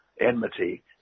enmity